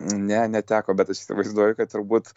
ne neteko bet aš įsivaizduoju kad turbūt